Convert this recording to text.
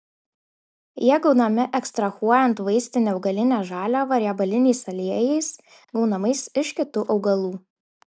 jie gaunami ekstrahuojant vaistinę augalinę žaliavą riebaliniais aliejais gaunamais iš kitų augalų